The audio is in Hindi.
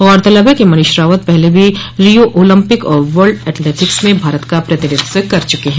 गौरतलब है कि मनीष रावत पहले भी रिओ ओलपिंक और वर्ल्ड एथलेटिक्स में भारत का प्रतिनिधित्व कर चुके हैं